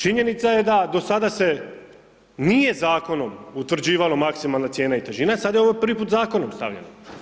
Činjenica je, da, do sada se nije zakonom utvrđivalo maksimalna cijena i težina, sad je ovo prvi put zakonom stavljeno.